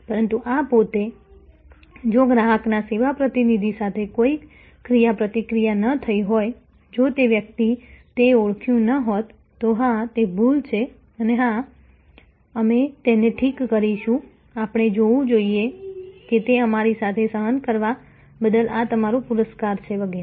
પરંતુ આ પોતે જો ગ્રાહકના સેવા પ્રતિનિધિ સાથે કોઈ ક્રિયાપ્રતિક્રિયા ન થઈ હોય જો તે વ્યક્તિએ તે ઓળખ્યું ન હોત તો હા તે ભૂલ છે અને હા અમે તેને ઠીક કરીશું આપણે જોવું જોઈએ કે તે અમારી સાથે સહન કરવા બદલ આ તમારું પુરસ્કાર છે વગેરે